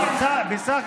בוא